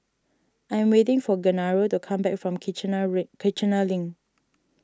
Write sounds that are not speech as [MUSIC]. I am waiting for Genaro to come back from Kiichener [UNINTELLIGIBLE] Kiichener Link